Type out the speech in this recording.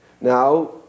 Now